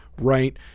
right